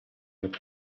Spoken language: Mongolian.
гээд